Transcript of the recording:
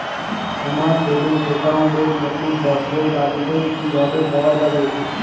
আমার savings account র নতুন পাসবই লাগবে কিভাবে পাওয়া যাবে?